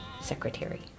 Secretary